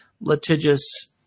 litigious